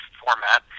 format